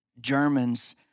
Germans